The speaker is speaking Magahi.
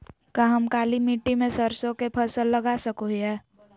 का हम काली मिट्टी में सरसों के फसल लगा सको हीयय?